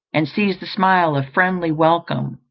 and sees the smile of friendly welcome,